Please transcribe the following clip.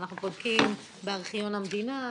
אנחנו בודקים בארכיון המדינה,